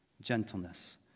gentleness